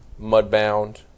Mudbound